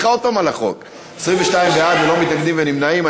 22 בעד, ללא מתנגדים ונמנעים.